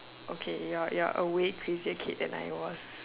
okay your your a way easier kid than I was